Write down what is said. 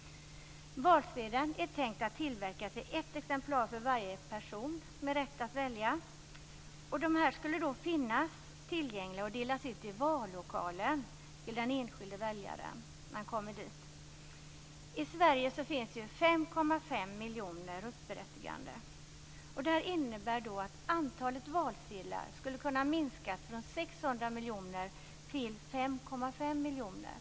Valsedeln är tänkt att tillverkas i ett exemplar för varje person med rätt att välja. De skulle finnas tillgängliga och delas ut till den enskilde väljaren i vallokalen. I Sverige finns ju 5,5 miljoner röstberättigade. Det här innebär att antalet valsedlar skulle kunna minskas från 600 miljoner till 5,5 miljoner.